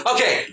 Okay